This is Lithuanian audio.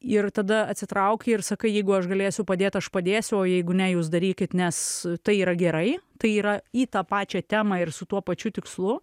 ir tada atsitrauki ir sakai jeigu aš galėsiu padėt aš padėsiu o jeigu ne jūs darykit nes tai yra gerai tai yra į tą pačią temą ir su tuo pačiu tikslu